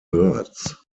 birds